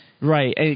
Right